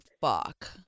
fuck